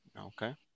Okay